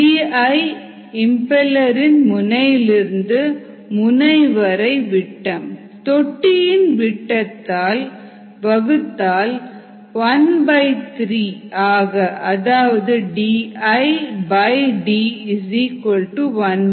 Di impeller இன் முனையிலிருந்து முனை வரையிலான விட்டம் தொட்டியின் விட்டத்தால் வகுத்தால் ⅓ ஆக அதாவது DiD 13